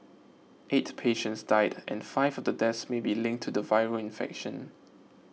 eight patients died and five of the deaths may be linked to the viral infection